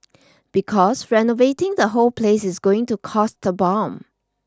because renovating the whole place is going to cost a bomb